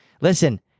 Listen